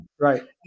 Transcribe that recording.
Right